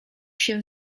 się